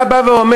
אתה בא ואומר,